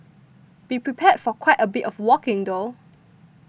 be prepared for quite a bit of walking though